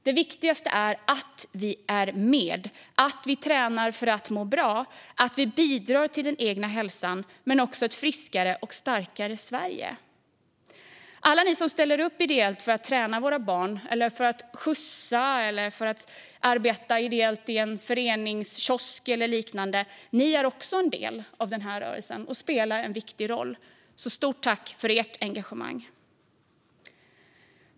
Det viktigaste är att vi är med och att vi tränar för att må bra. Vi bidrar till den egna hälsan, men också till ett friskare och starkare Sverige. Alla ni som ställer upp ideellt för att träna våra barn, för att skjutsa eller för att arbeta ideellt i en föreningskiosk eller liknande är också en del av rörelsen och spelar en viktig roll. Stort tack för ert engagemang!